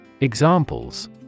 Examples